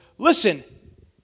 Listen